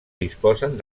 disposen